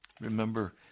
Remember